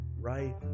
right